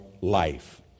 life